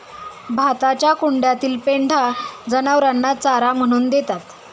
भाताच्या कुंड्यातील पेंढा जनावरांना चारा म्हणून देतात